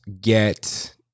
get